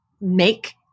make